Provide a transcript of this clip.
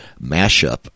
mashup